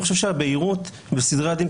אני חושב שהבהירות בסדרי הדין,